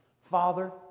Father